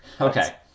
Okay